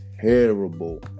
terrible